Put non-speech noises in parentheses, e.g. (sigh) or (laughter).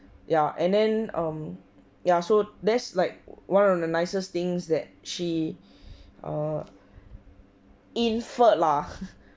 ya and then um ya so that's like one of the nicest things that she err inferred lah (laughs)